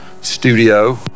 studio